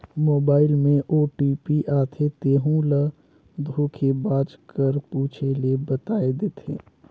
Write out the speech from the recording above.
mobile में OTP आथे तेहू ल धोखेबाज कर पूछे ले बताए देथे